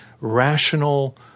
rational